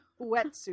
wetsuit